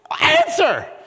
answer